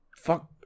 Fuck